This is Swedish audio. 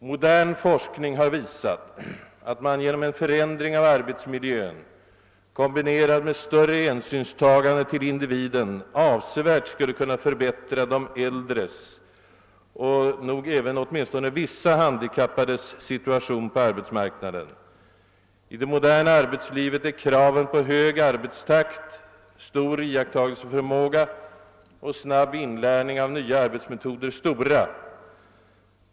Modern forskning har visat ati man genom en förändring av arbetsmiljön kombinerad med större hänsynstagande till individen avsevärt skulle kunna förbättra de äldres och troligen även åtminstone vissa handikappades situation på arbetsmarknaden. I det moderna arbetslivet är kraven på hög arbetstakt, stor iakttagelseförmåga och snabb inlärning av nya arbetsmetoder stora.